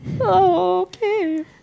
okay